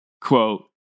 Quote